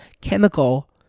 chemical